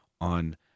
on